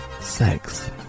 sex